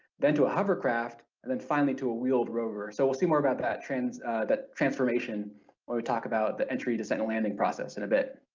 then to a hovercraft, and then finally to a wheeled rover, so we'll see more about that trans that transformation when we talk about the entry descent and landing process in a bit.